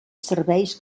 serveis